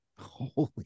holy